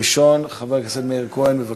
ראשון, חבר הכנסת מאיר כהן, בבקשה.